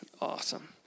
Awesome